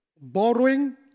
Borrowing